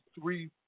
three